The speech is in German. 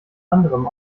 anderem